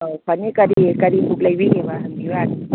ꯑꯥꯎ ꯐꯅꯤ ꯀꯔꯤ ꯀꯔꯤ ꯕꯨꯛ ꯂꯩꯕꯤꯅꯤꯡꯕ ꯍꯪꯕꯤꯌꯨ ꯌꯥꯅꯤ